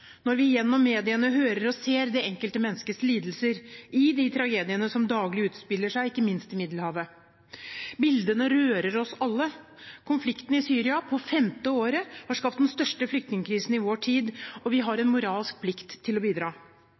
når vi gjennom mediene hører og ser det enkelte menneskets lidelser, i de tragediene som daglig utspiller seg, ikke minst i Middelhavet. Bildene rører oss alle. Konflikten i Syria, på femte året, har skapt den største flyktningkrisen i vår tid, og vi har en moralsk plikt til å bidra.